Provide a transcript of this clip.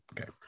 okay